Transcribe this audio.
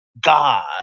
God